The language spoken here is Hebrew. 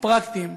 הפרקטיים,